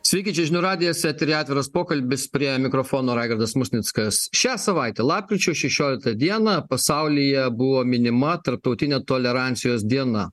sveiki čia žinių radijas eteryje atviras pokalbis prie mikrofono raigardas musnickas šią savaitę lapkričio šešioliktą dieną pasaulyje buvo minima tarptautinė tolerancijos diena